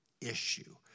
issue